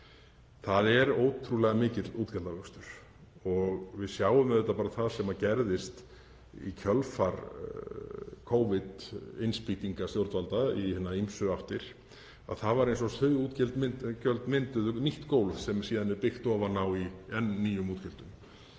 Það er ótrúlega mikill útgjaldavöxtur. Við sjáum bara það sem gerðist í kjölfar Covid-innspýtingar stjórnvalda í hinar ýmsu áttir, það var eins og þau útgjöld mynduðu nýtt gólf sem síðan er byggt ofan á í enn nýjum útgjöldum.